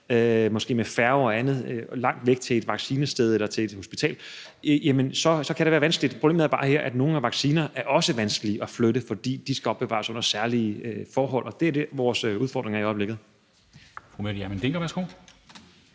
måske med færge eller andet – til et vaccinested eller et hospital langt væk, så kan det være vanskeligt. Problemet er bare, at nogle af vaccinerne også er vanskelige at flytte, fordi de skal opbevares under særlige forhold, og det er det, der er vores udfordring i øjeblikket.